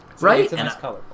Right